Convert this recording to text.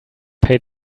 pay